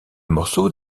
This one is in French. morceau